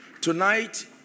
tonight